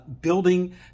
building